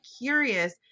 curious